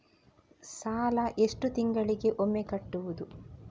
ಸಾಲ ಎಷ್ಟು ತಿಂಗಳಿಗೆ ಒಮ್ಮೆ ಕಟ್ಟುವುದು?